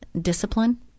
discipline